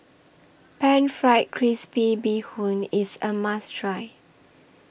Pan Fried Crispy Bee Hoon IS A must Try